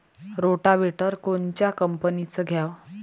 Rotavator कोनच्या कंपनीचं घ्यावं?